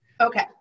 Okay